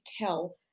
tell